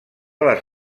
les